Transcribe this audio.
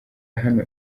hano